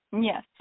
Yes